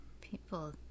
People